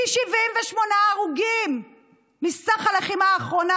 כי 78% מסך ההרוגים בלחימה האחרונה